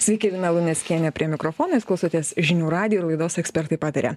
sveiki lina luneckienė prie mikrofono jūs klausotės žinių radijo ir laidos ekspertai pataria